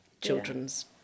children's